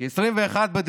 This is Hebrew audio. כי 21 בדצמבר